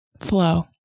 Flow